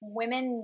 women